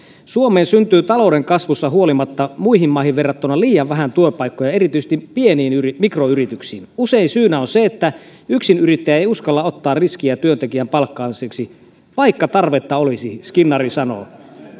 suomessa syntyy talouden kasvusta huolimatta muihin maihin verrattuna liian vähän työpaikkoja erityisesti pieniin mikroyrityksiin usein syynä on se että yksinyrittäjä ei uskalla ottaa riskiä työntekijän palkkaamiseksi vaikka tarvetta olisi näin skinnari sanoo